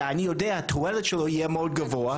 שאני יודע שהתועלת שלו תהיה מאוד גבוהה,